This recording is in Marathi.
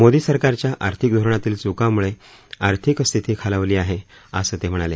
मोदी सरकारच्या आर्थिक धोरणातील चुकांमुळे आर्थिक स्थिती खालावली आहे असं ते म्हणाले